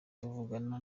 tuvugana